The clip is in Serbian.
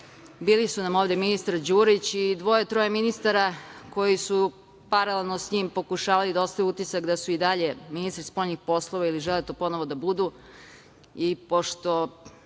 Bili su nam ovde ministar Đurić i dvoje, troje ministara koji su paralelno s njim pokušavali da ostave utisak da su i dalje ministri spoljnih poslova ili žele to ponovo da budu.